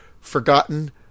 forgotten